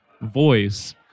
voice